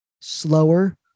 slower